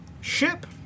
ship